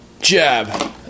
jab